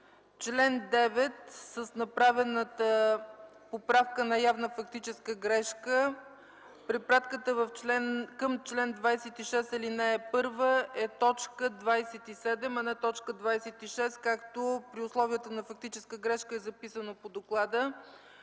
чл. 9 с направената поправка на явна фактическа грешка – препратката към чл. 26, ал. 1 е т. 27, а не т. 26, както при условията на фактическа грешка е записано по доклада.